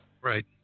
Right